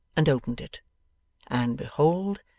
and opened it and behold!